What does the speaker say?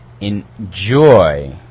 Enjoy